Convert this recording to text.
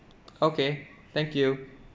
okay thank you